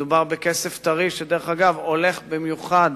מדובר בכסף טרי, שדרך אגב, הולך במיוחד